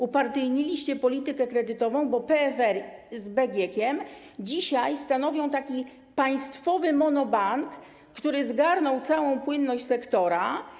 Upartyjniliście politykę kredytową, bo PFR z BGK dzisiaj stanowią taki państwowy monobank, który zgarnął całą płynność sektora.